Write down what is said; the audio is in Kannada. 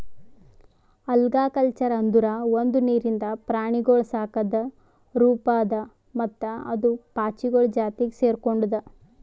ಆಲ್ಗಾಕಲ್ಚರ್ ಅಂದುರ್ ಒಂದು ನೀರಿಂದ ಪ್ರಾಣಿಗೊಳ್ ಸಾಕದ್ ರೂಪ ಅದಾ ಮತ್ತ ಅದು ಪಾಚಿಗೊಳ್ ಜಾತಿಗ್ ಸೆರ್ಕೊಂಡುದ್